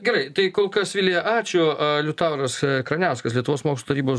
gerai tai kol kas vilija ačiū liutauras kraniauskas lietuvos mokslų tarybos